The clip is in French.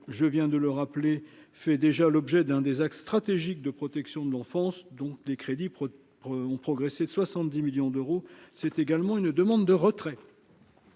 je viens de le rappeler, fait déjà l'objet d'un des axes stratégiques de protection de l'enfance, donc les crédits ont progressé de 70 millions d'euros, c'est également une demande de retrait.